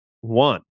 one